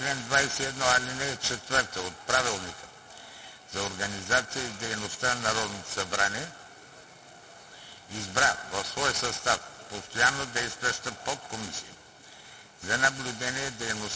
21, ал. 4 от Правилника за организацията и дейността на Народното събрание избра от своя състав постоянно действаща Подкомисия за наблюдение на дейността